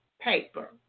paper